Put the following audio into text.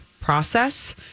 process